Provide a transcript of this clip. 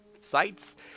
sites